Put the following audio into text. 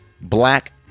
black